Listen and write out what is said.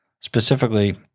Specifically